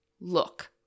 look